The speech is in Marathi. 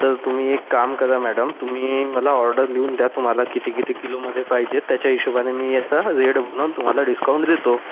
तर तुम्ही एक काम करा मॅडम तुम्ही मला ऑर्डर लिहून द्या तुम्हाला किती किती किलोमध्ये पाहिजेत त्याच्या हिशोबाने मी याचा रेट बघून तुम्हाला डिस्काउंट देतो